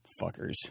Fuckers